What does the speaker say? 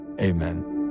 amen